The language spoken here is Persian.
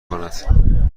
کند